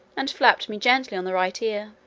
and flapped me gently on the right ear